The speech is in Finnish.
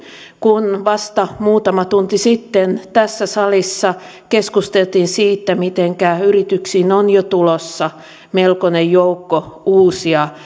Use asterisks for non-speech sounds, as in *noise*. vasta muutama tunti sitten tässä salissa keskusteltiin siitä mitenkä yrityksiin on jo tulossa melkoinen joukko uusia *unintelligible*